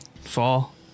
fall